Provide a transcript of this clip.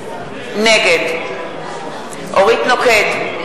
נגד אורית נוקד,